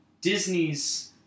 Disney's